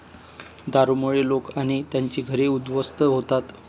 दारूमुळे लोक आणि त्यांची घरं उद्ध्वस्त होतात